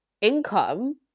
income